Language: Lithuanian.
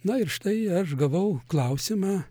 na ir štai aš gavau klausimą